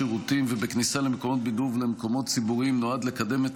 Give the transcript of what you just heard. בשירותים ובכניסה למקומות בידור ולמקומות ציבוריים נועד לקדם את